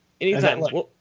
Anytime